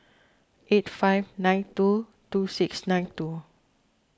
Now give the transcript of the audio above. eight five nine two two six nine two